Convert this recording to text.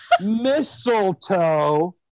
mistletoe